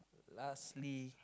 lastly